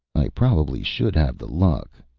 i probably should have the luck,